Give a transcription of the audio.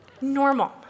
normal